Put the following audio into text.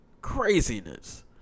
Craziness